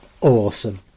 awesome